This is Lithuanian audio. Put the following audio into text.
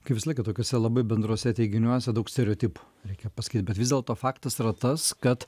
kaip visą laiką tokiuose labai bendruose teiginiuose daug stereotipų reikia pasakyt bet vis dėlto faktas yra tas kad